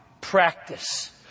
practice